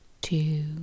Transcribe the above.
two